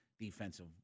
defensive